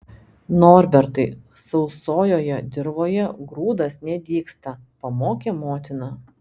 norbertai sausojoje dirvoje grūdas nedygsta pamokė motina